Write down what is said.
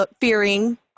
fearing